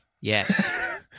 Yes